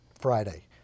friday